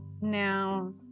Now